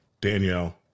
Danielle